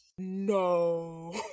no